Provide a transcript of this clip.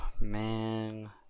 Man